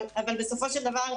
אבל בסופו של דבר,